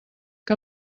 que